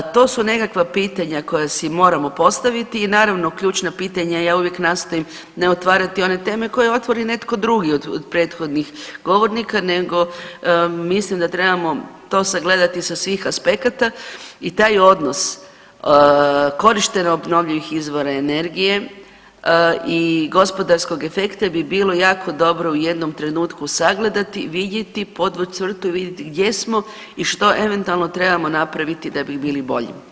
To su nekakva pitanja koja si moramo postaviti i naravno ključna pitanja i ja uvijek nastojim ne otvarati one teme koje otvori netko drugi od prethodnih govornika, nego mislim da trebamo to sagledati sa svih aspekata i taj odnos korištenja obnovljivih izvora energije i gospodarskog efekta bi bilo jako dobro u jednom trenutku sagledati i vidjeti, podvući crtu i vidjeti gdje smo i što eventualno trebamo napraviti da bi bili bolji.